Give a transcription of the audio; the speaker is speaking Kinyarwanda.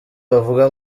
bavuga